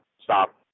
stop